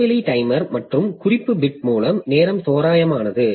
இடைவெளி டைமர் மற்றும் குறிப்பு பிட் மூலம் நேரம் தோராயமானது